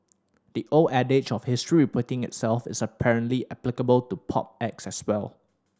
the old adage of history repeating itself is apparently applicable to pop acts as well